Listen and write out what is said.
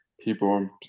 people